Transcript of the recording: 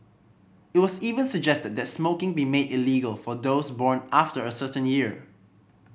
it was even suggested that smoking be made illegal for those born after a certain year